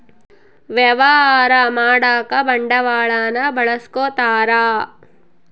ವ್ಯವಹಾರ ಮಾಡಕ ಬಂಡವಾಳನ್ನ ಬಳಸ್ಕೊತಾರ